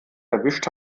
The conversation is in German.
erwischt